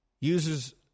uses